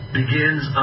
begins